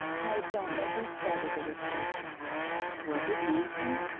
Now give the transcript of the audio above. i don't know who started the report was it manston